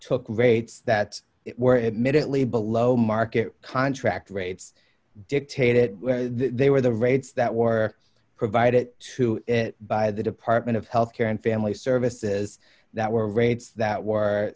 took rates that were it minutely below market contract rates dictated they were the rates that were provided to him by the department of health care and family services that were rates that were